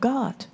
God